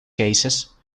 cases